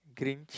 grinch